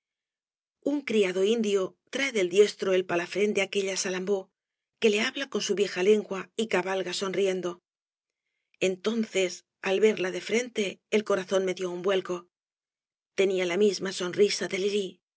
un criado indio trae del diestro el palafrén de aquella salambó que le habla en su vieja lengua y cabalga sonriendo entonces al verla de frente el corazón me dio un vuelco tenía la misma sonrisa de